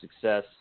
success